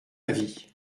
avis